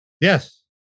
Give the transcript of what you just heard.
yes